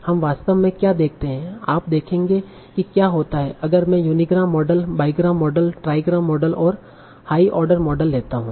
हम वास्तव में क्या देखते हैं आप देखेंगे कि क्या होता है अगर मैं unigram model bigram model trigram model और हाई ऑर्डर मॉडल लेता हूं